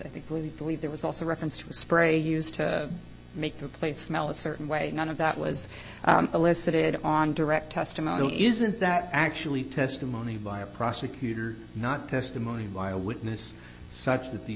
i think really believe there was also reference to a spray used to make the place smell a certain way none of that was elicited on direct testimony isn't that actually testimony by a prosecutor not testimony by a witness such that the